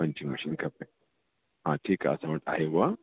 punching machine खपे हा ठीकु हा असां वटि आहे उहा